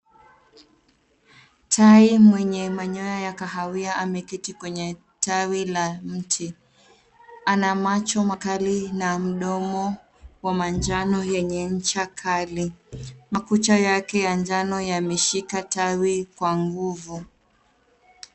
Tai mwenye manyoya ya kahawia ameketi kwenye tawi la mti. Ana macho makali na mdomo wa manjano yenye ncha kali. Makucha yake ya njano yameshika tawi kwa nguvu.